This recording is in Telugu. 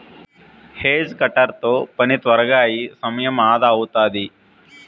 హేజ్ కటర్ తో పని త్వరగా అయి సమయం అదా అవుతాది